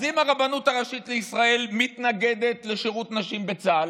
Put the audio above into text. אז אם הרבנות הראשית לישראל מתנגדת לשירות נשים בצה"ל,